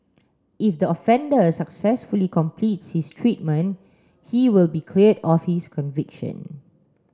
if the offender successfully completes his treatment he will be cleared of his conviction